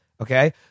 Okay